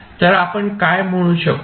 तर आपण काय म्हणू शकतो